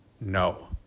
no